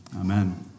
Amen